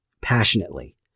passionately